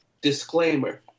Disclaimer